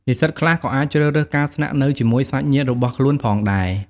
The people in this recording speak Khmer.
និស្សិតខ្លះក៏អាចជ្រើសរើសការស្នាក់នៅជាមួយសាច់ញាតិរបស់ខ្លួនផងដែរ។